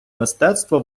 мистецтво